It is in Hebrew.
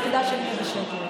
אז כדאי שנהיה בשקט.